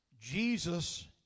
Jesus